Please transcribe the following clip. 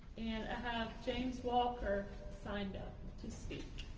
and i have james walker signed up to speak